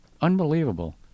unbelievable